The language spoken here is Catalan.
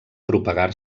propagar